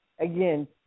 again